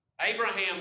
Abraham